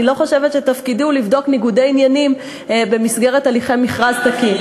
אני לא חושבת שתפקידי הוא לבדוק ניגודי עניינים במסגרת הליכי מכרז תקין.